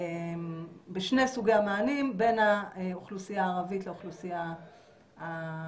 בשני סוגי המענים בין האוכלוסייה הערבית לאוכלוסייה היהודית.